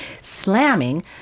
slamming